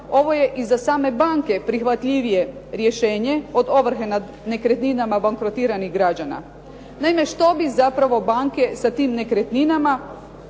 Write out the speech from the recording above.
ovo je i za same banke prihvatljivije rješenje od ovrhe nad nekretninama bankrotiranih građana. Naime, što bi zapravo banke sa tim nekretninama